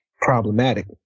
problematic